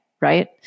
right